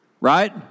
Right